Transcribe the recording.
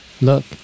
Look